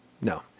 no